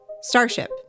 Starship